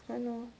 han orh